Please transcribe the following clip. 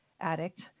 addict